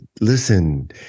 Listen